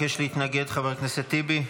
ביקש להתנגד, חבר הכנסת טיבי.